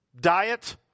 Diet